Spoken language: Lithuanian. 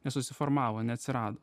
nesusiformavo neatsirado